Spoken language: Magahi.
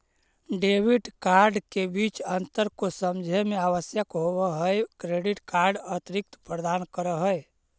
डेबिट कार्ड के बीच अंतर को समझे मे आवश्यक होव है क्रेडिट कार्ड अतिरिक्त प्रदान कर है?